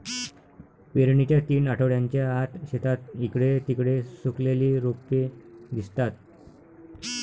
पेरणीच्या तीन आठवड्यांच्या आत, शेतात इकडे तिकडे सुकलेली रोपे दिसतात